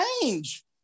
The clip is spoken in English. change